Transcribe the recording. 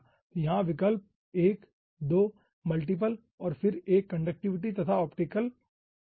तो यहाँ विकल्प 1 2 मल्टीपल और फिर 1 कंडक्टिविटी तथा 1 ऑप्टिकल हैं